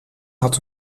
had